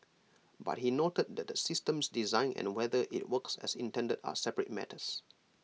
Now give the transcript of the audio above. but he noted that the system's design and whether IT works as intended are separate matters